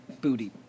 booty